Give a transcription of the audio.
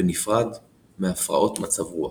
בנפרד מהפרעות מצב רוח.